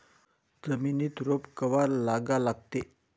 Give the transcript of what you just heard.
जमिनीत रोप कवा लागा लागते?